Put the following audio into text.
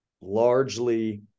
largely